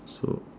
so